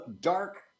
dark